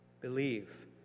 believe